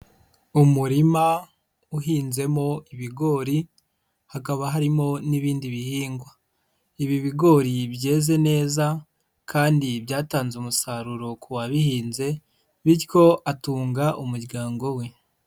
Umurima uhinzemo ibigori hakaba harimo n'ibindi bihingwa, ibi bigori byeze neza kandi byatanze umusaruro ku wabihinze bityo atunga umuryango we.